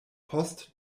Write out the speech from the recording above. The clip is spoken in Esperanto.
post